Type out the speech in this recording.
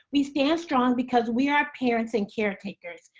we stand strong because we are parents and caretakers,